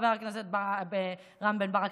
חבר הכנסת רם בן ברק,